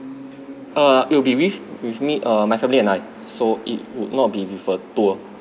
uh it will be with with me uh my family and I so it will not be with a tour